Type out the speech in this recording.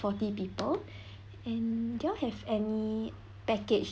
forty people and do you all have any package